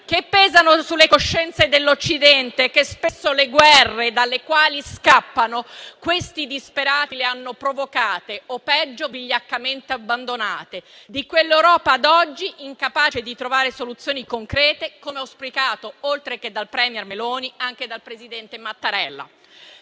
che pesano sulle coscienze dell'Occidente, che spesso le guerre dalle quali scappano questi disperati le hanno provocate (o, peggio, vigliaccamente abbandonate), e di quell'Europa ad oggi incapace di trovare soluzioni concrete, come auspicato, oltre che dal *premier* Meloni, anche dal presidente Mattarella.